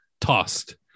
tossed